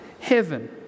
heaven